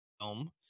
film